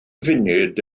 funud